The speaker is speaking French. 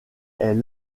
est